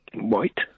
White